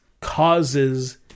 causes